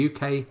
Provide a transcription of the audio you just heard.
UK